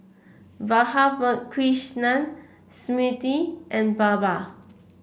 Radhakrishnan Smriti and Baba